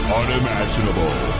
unimaginable